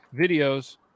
videos